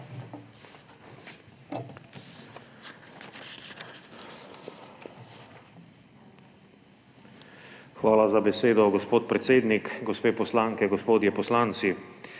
Hvala za besedo, gospod predsednik. Gospe poslanke, gospodje poslanci!